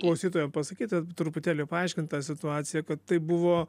klausytojam pasakyti truputėlį paaiškint tą situaciją kad tai buvo